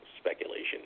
speculation